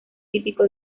típico